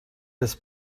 his